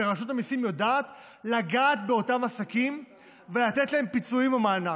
רשות המיסים יודעת לגעת באותם עסקים ולתת להם פיצויים או מענק.